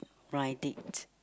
blind date